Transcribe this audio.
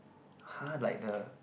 [huh] like the